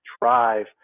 drive